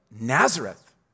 Nazareth